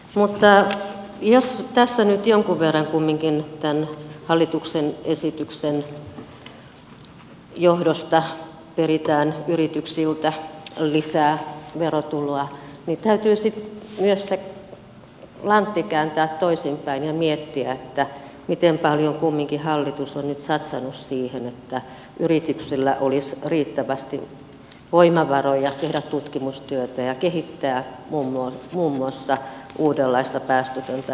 mutta jos tässä nyt jonkun verran kumminkin tämän hallituksen esityksen johdosta peritään yrityksiltä lisää verotuloa niin täytyy sitten kääntää se lantti myös toisinpäin ja miettiä miten paljon kumminkin hallitus on nyt satsannut siihen että yrityksillä olisi riittävästi voimavaroja tehdä tutkimustyötä ja kehittää muun muassa uudenlaista päästötöntä energiaa